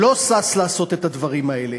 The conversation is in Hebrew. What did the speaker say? לא שש לעשות את הדברים האלה.